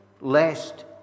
lest